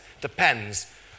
depends